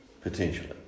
potentially